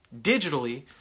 digitally